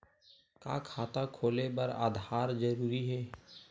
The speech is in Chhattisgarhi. का खाता खोले बर आधार जरूरी हे?